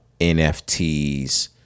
NFTs